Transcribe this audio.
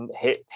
hit